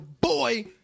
boy